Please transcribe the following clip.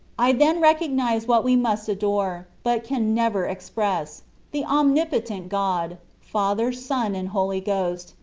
i then recognised what we must adore, but can never express the om nipotent god, father, son, and holy ghost,